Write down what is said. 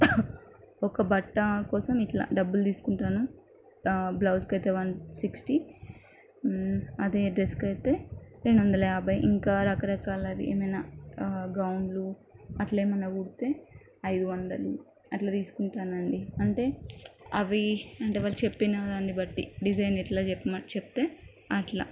ఒక బట్ట కోసం ఇట్లా డబ్బులు తీసుకుంటాను బ్లౌజ్కి అయితే వన్ సిక్స్టి అదే డ్రెస్కి అయితే రెండువందల యాభై ఇంకా రకరకాలది ఏమైనా గౌన్లు అట్లా ఏమన్నా కుడితే ఐదువందలు అట్లా తీసుకుంటాను అండి అంటే అవి అంటే వాళ్ళు చెప్పినదానిబట్టి డిజైన్ ఎట్లా చెప్ చెప్తే అట్లా